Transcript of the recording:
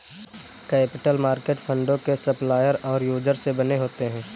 capital market फंडों के supplier और यूजर से बने होते हैं